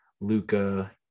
Luca